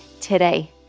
today